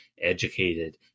educated